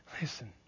Listen